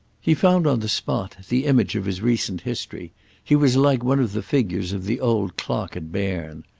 he found on the spot the image of his recent history he was like one of the figures of the old clock at berne.